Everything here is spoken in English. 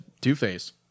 Two-Face